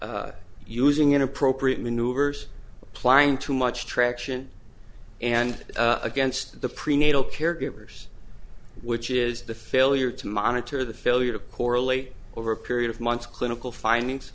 using inappropriate maneuvers applying too much traction and against the prenatal care givers which is the failure to monitor the failure to correlate over a period of months clinical findings